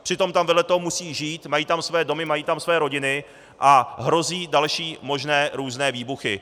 Přitom tam vedle toho musí žít, mají tam své domy, mají tam své rodiny a hrozí další možné různé výbuchy.